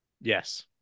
yes